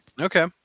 Okay